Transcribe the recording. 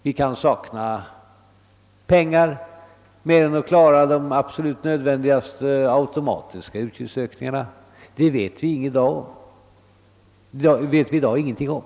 Vi kan komma att sakna pengar till annat än de absolut nödvändigaste automatiska utgiftsökningarna. Det vet vi i dag ingenting om.